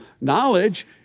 Knowledge